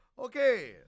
Okay